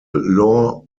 law